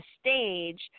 stage